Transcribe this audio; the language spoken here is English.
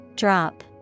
drop